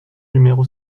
numéro